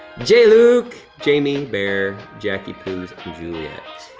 jay luke, jamie-bear, jackie-poos and juliet.